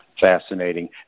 Fascinating